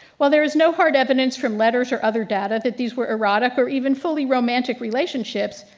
while there is no hard evidence from letters or other data that these were erotic or even fully romantic relationships,